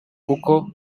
kuko